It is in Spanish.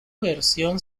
versión